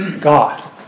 God